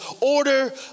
order